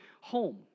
home